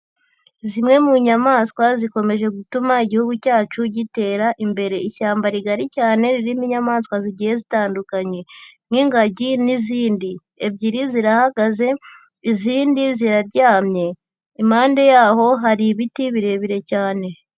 Zimwe mu nyamaswa zikomeje gutuma igihugu cyacu gitera imbere, ishyamba rigari cyane ririmo inyamaswa zigiye zitandukanye nk'ingagi n'izindi, ebyiri zirahagaze izindi ziraryamye impande yaho hari ibiti birebire cyane.